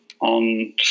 on